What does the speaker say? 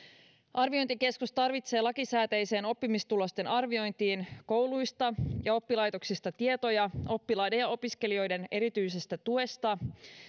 arviointikeskus tarvitsee lakisääteiseen oppimistulosten arviointiin kouluista ja oppilaitoksista tietoja oppilaiden ja opiskelijoiden erityisestä tuesta